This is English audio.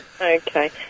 Okay